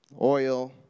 Oil